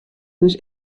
dus